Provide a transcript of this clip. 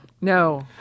No